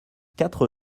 quatre